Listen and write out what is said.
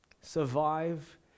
Survive